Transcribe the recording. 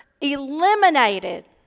eliminated